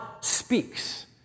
speaks